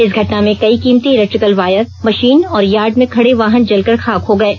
इस घटना में कई कीमती इलेक्ट्रिकल वायर मशीन और यार्ड में खड़े वाहन जलकर खाक हो गये